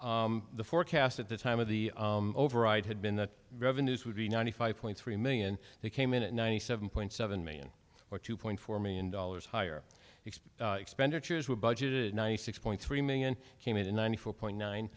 forecast the forecast at the time of the override had been that revenues would be ninety five point three million they came in at ninety seven point seven million or two point four million dollars higher expect expenditures we budgeted ninety six point three million came in ninety four point nine